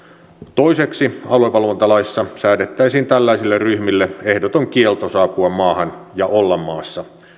toiseksi aluevalvontalaissa säädettäisiin tällaisille ryhmille ehdoton kielto saapua maahan ja olla maassa